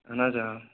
اہن حظ آ